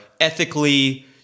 ethically